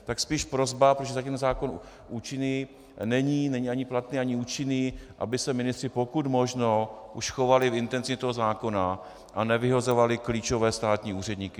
Tak spíš prosba, protože zatím zákon účinný není, není ani platný ani účinný, aby se ministři pokud možno už chovali v intenci toho zákona a nevyhazovali klíčové státní úředníky.